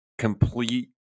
complete